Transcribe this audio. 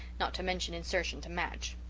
not to mention insertion to match.